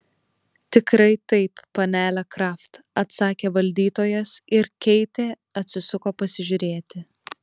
tikrai taip panele kraft atsakė valdytojas ir keitė atsisuko pasižiūrėti